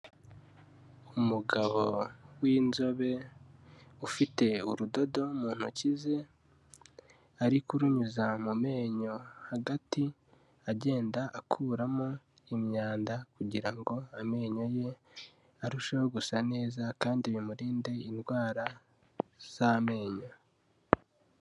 Umugabo w'inzobe ufite urudodo mu ntoki ze, ari kurunyuza mu menyo hagati agenda akuramo imyanda kugira ngo amenyo ye arusheho gusa neza kandi bimurinde indwara z'amenyo.